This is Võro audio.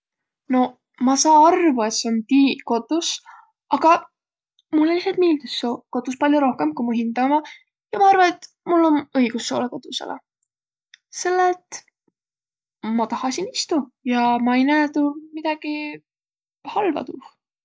Noq ma saa arvo, et sjoo om tiiq kotus, agaq mullõ lihtsalt miildüs sjoo kotus pall'o rohkõmb ku mu hindä uma. Ja ma arva, et mul om õigus sjoolõ kotussõlõ, selle et ma taha siin istuq ja ma-i näe tuu midägi halva tuuh.